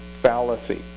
fallacy